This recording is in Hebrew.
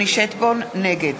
נגד